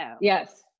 yes